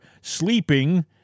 sleeping